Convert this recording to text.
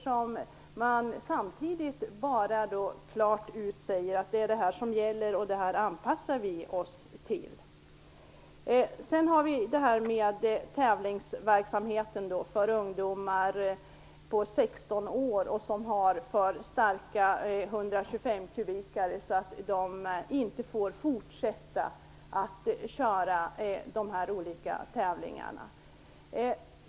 Samtidigt säger man ju klart ut att det är det här som gäller, och det anpassar vi oss efter. Sedan har vi det här med tävlingsverksamheten för ungdomar på 16 år som har för starka 125-kubikare och som inte får fortsätta att köra tävlingar.